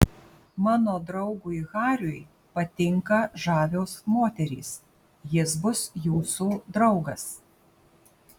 mano draugui hariui patinka žavios moterys jis bus jūsų draugas